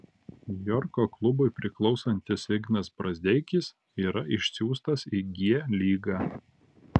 niujorko klubui priklausantis ignas brazdeikis yra išsiųstas į g lygą